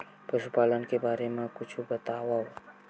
पशुपालन के बारे मा कुछु बतावव?